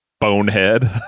bonehead